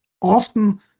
often